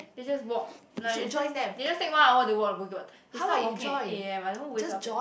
they just walk like there's this they just take one hour to walk the they start walking at eight A_M I don't wake up